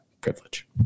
privilege